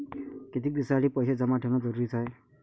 कितीक दिसासाठी पैसे जमा ठेवणं जरुरीच हाय?